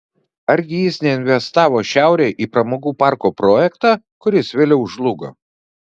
argi jis neinvestavo šiaurėje į pramogų parko projektą kuris vėliau žlugo